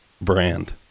brand